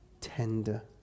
tender